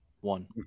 one